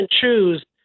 choose